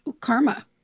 karma